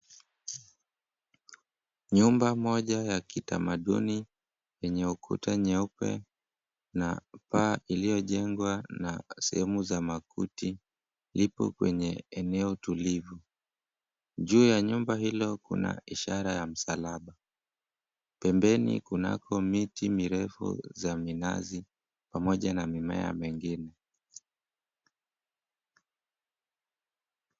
Nyumba moja ya kitamaduni yenye ukuta nyeupe na paa iliyojengwa na sehemu za makuti, lipo kwenye eneo tulivu. Juu ya nyumba hilo kuna ishara ya msalaba. Pembeni kunako miti mirefu za minazi pamoja na mimea mengine.